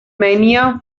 mania